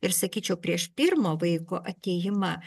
ir sakyčiau prieš pirmo vaiko atėjimą